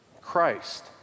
Christ